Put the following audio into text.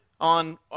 on